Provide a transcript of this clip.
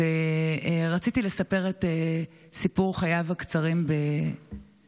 רציתי לספר את סיפור חייו הקצרים בקצרה.